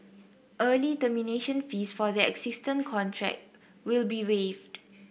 early termination fees for their existing contract will be waived